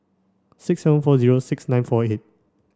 six seven four zero six nine four eight